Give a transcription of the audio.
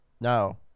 no